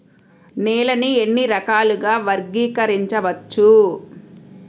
నేలని ఎన్ని రకాలుగా వర్గీకరించవచ్చు?